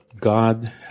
God